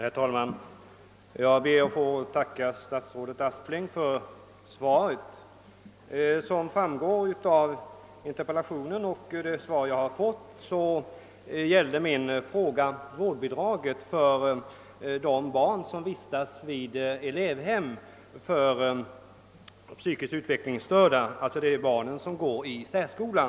Herr talman! Jag ber att få tacka statsrådet Aspling för svaret på min interpellation. Såsom framgår av interpellationen och av det svar jag fått gällde min fråga vårdbidraget för de barn som vistas vid elevhem för psykiskt utvecklingsstörda, alltså för barn som går i särskola.